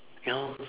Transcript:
ya lor